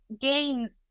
games